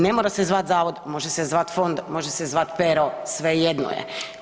Ne mora se zvati zavod, može se zvati fond, može se zvati Pero, svejedno je.